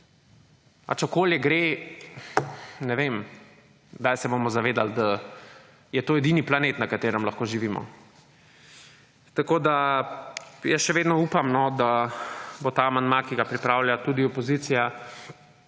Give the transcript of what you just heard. Okolje gre, ne vem, kdaj se bomo zavedal, da je to edini planet, na katerem lahko živimo. Tako da, jaz še vedno upam, no, da bo ta amandma, ki ga pripravlja tudi opozicija,